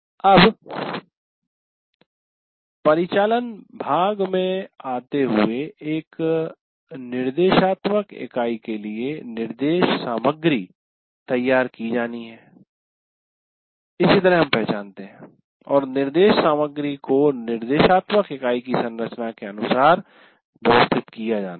अब परिचालन भाग में आते हुए एक निर्देशात्मक इकाई के लिए निर्देश सामग्री तैयार की जानी है इसी तरह हम पहचानते हैं और निर्देश सामग्री को निर्देशात्मक इकाई की संरचना के अनुसार व्यवस्थित किया जाना है